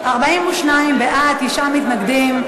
42 בעד, תשעה מתנגדים.